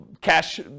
cash